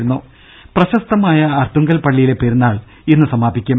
രുമ പ്രശസ്തമായ അർത്തുങ്കൽ പള്ളിയിലെ പെരുന്നാൾ ഇന്ന് സമാപിക്കും